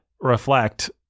reflect